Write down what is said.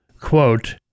quote